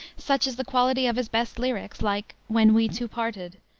such is the quality of his best lyrics, like when we two parted,